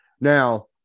Now